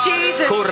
Jesus